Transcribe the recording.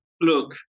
look